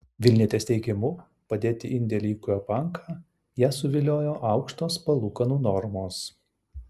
vilnietės teigimu padėti indėlį į ūkio banką ją suviliojo aukštos palūkanų normos